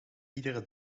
iedere